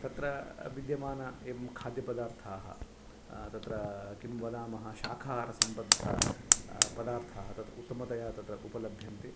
तत्र विद्यमाना एवं खाद्यपदार्थाः तत्र किं वदामः शाकाहारसम्बद्धपदार्थाः तत् उत्तमतया तत् उपलभ्यन्ते